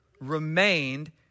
remained